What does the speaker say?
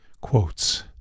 Quotes